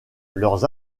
leurs